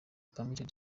permitted